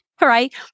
Right